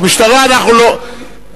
למשטרה אנחנו לא,